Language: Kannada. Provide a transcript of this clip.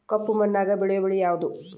ಕಪ್ಪು ಮಣ್ಣಾಗ ಬೆಳೆಯೋ ಬೆಳಿ ಯಾವುದು?